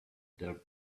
their